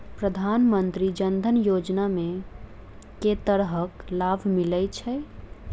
प्रधानमंत्री जनधन योजना मे केँ तरहक लाभ मिलय छै?